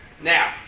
Now